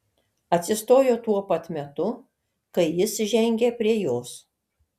atsistojo tuo pat metu kai jis žengė prie jos